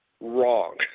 wrong